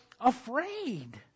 afraid